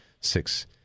six